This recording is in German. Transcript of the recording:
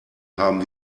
haben